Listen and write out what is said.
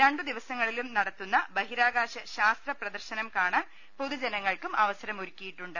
രണ്ടു ദിവസങ്ങളിലും നടത്തുന്ന ബഹിരാകാശ ശാസ്ത്രപ്ര ദർശനം കാണാൻ പൊതുജനങ്ങൾക്കും അവസരം ഒരുക്കിയിട്ടു ണ്ട്